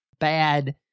bad